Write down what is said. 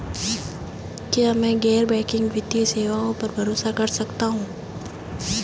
क्या मैं गैर बैंकिंग वित्तीय सेवाओं पर भरोसा कर सकता हूं?